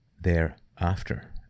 Thereafter